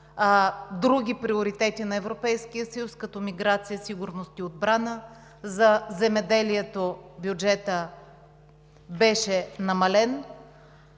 други приоритети на Европейския съюз, като миграция, сигурност и отбрана. За земеделието бюджетът беше намален.